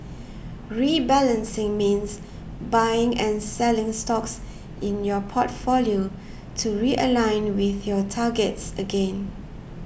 rebalancing means buying and selling stocks in your portfolio to realign with your targets again